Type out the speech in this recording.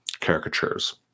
caricatures